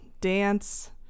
dance